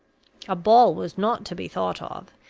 a ball was not to be thought of,